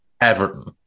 Everton